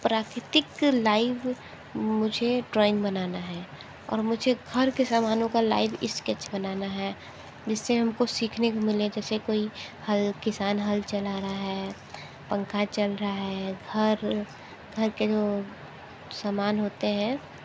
प्राकृतिक लाइव मुझे ड्राइंग बनाना है और मुझे घर के सामानों का लाइफ स्केच बनाना है जिस से हम को सीखने को मिले जैसे कोई हल किसान हल चल रहा है पंखा चल रहा है घर घर के जो समान होते हैं